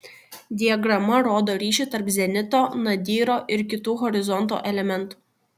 diagrama rodo ryšį tarp zenito nadyro ir kitų horizonto elementų